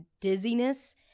dizziness